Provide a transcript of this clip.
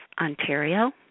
Ontario